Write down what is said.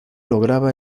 lograba